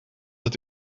het